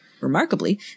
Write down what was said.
Remarkably